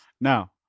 now